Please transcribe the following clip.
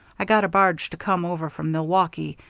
i got a barge to come over from milwaukee,